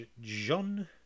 jean